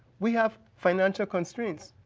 we have financial constraints.